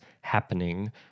happening